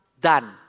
done